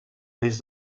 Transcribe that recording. mes